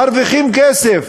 מרוויחים כסף.